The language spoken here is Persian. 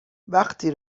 وقتی